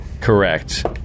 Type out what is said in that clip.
Correct